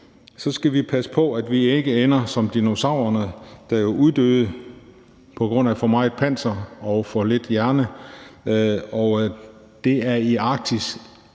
så skal vi passe på, at vi ikke ender som dinosaurerne, der jo uddøde på grund af for meget panser og for lidt hjerne. Og det er i Arktis